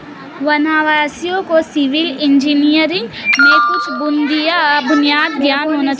वनवासियों को civil engineering में कुछ बुनियादी ज्ञान होना चाहिए